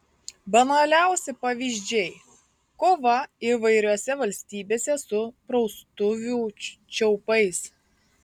banaliausi pavyzdžiai kova įvairiose valstybėse su praustuvių čiaupais